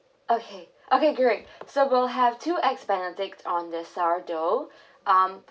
okay okay great so we'll have two eggs benedict on the sourdough um